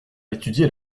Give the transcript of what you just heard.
étudié